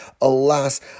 Alas